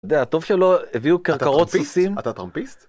אתה יודע, טוב שלא הביאו קרקרות סוסים. אתה טראמפיסט?